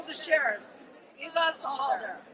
sheriff give us order.